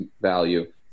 value